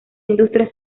industria